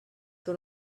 que